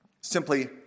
simply